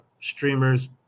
streamers